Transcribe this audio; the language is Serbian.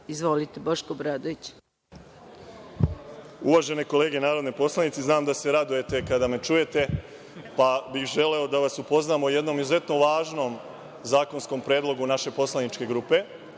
Izvolite. **Boško Obradović** Uvažene kolege narodni poslanici, znam da se radujete kada me čujete, pa bih želeo da vas upoznam sa jednim izuzetno važnim zakonskim predlogom naše poslaničke grupe.